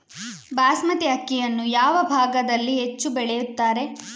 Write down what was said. ಬಾಸ್ಮತಿ ಅಕ್ಕಿಯನ್ನು ಯಾವ ಭಾಗದಲ್ಲಿ ಹೆಚ್ಚು ಬೆಳೆಯುತ್ತಾರೆ?